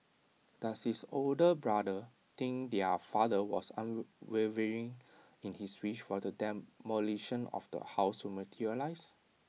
does his older brother think their father was unwavering in his wish for the demolition of the house to materialise